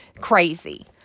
Crazy